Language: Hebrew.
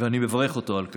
ואני מברך אותו על כך.